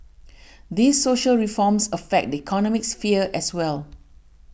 these social reforms affect the economic sphere as well